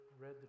read